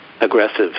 aggressive